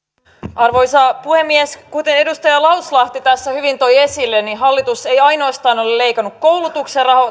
arvoisa puhemies kuten edustaja lauslahti tässä hyvin toi esille niin hallitus ei ole leikannut ainoastaan koulutuksen